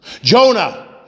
Jonah